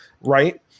right